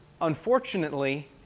unfortunately